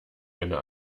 eine